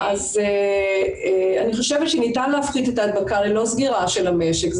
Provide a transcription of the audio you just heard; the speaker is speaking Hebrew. אז אני חושבת שניתן להפחית את ההדבקה ללא סגירה של המשק.